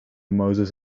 mozes